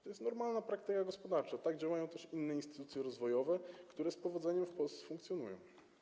To jest normalna praktyka gospodarcza, tak działają też inne instytucje rozwojowe, które z powodzeniem w Polsce funkcjonują.